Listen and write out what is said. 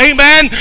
Amen